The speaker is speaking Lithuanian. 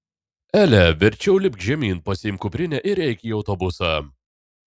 ele verčiau lipk žemyn pasiimk kuprinę ir eik į autobusą